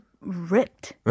ripped